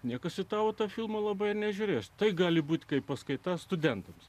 niekas į tautą filmo labai nežiūrės tai gali būti kaip paskaitas studentams